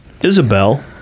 Isabel